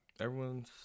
Everyone's